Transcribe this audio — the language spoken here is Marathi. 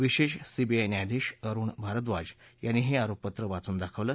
विशेष सीबीआय न्यायाधीश अरुण भारद्वाज यांनी हे आरोपपत्र वाचून दाखवलं